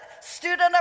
student